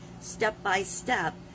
step-by-step